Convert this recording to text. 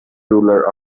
ruler